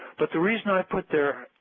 but the reason i put their